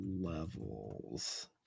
levels